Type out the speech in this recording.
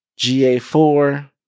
GA4